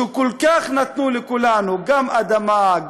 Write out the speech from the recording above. שכל כך נתנו לכולנו: גם אדמה,